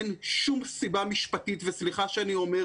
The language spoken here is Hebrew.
אין שום סיבה משפטית וסליחה שאני אומר,